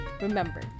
Remember